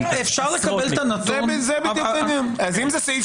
אפשר לקבל את הנתון אבל ----- אז אם זה סעיף